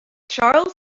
charles